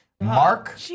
Mark